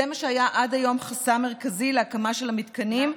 זה מה שהיה עד היום חסם מרכזי להקמה של המתקנים,